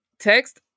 text